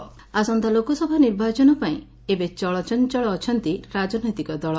ବୈଠକ ଆସନ୍ତା ଲୋକସଭା ନିର୍ବାଚନ ପାଇଁ ଏବେ ଚଳଚଞ୍ଚଳ ଅଛନ୍ତି ରାକନୈତିକ ଦଳ